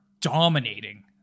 dominating